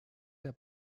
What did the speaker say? der